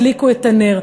הדליקו את הנר,